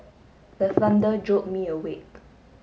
the thunder jolt me awake